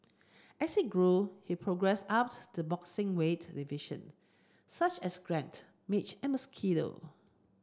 as he grew he progressed up the boxing weight division such as gnat midge and mosquito